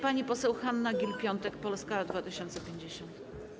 Pani poseł Hanna Gill-Piątek, Polska 2050.